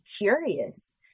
curious